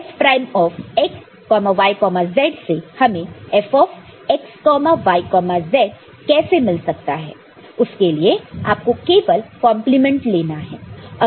F prime x y z से हमें F x y z कैसे मिल सकता है उसके लिए आपको केवल कॉन्प्लीमेंट लेना है